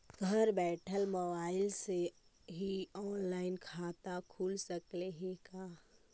घर बैठल मोबाईल से ही औनलाइन खाता खुल सकले हे का?